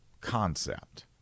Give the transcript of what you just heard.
concept